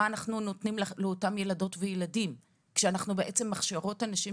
מה אנחנו נותנים לאותם ילדות וילדים כשאנחנו מכשירות אנשים